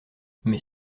mais